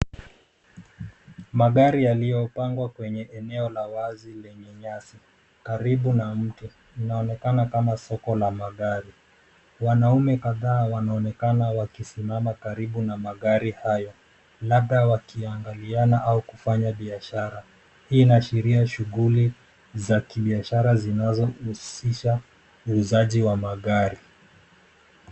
Magari yaliyopangwa kwenye eneo la wazi lenye nyasi, karibu na mti inaonekana kama soko la magari. Wanaume kadhaa wanaonekana wakisimama karibu na magari hayo, labda wakiangaliana au kufanya biashara. Hii inaashiria shughuli za kibiashara zinazohusisha uuzaji wa magari.